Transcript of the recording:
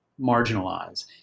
marginalize